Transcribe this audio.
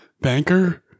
banker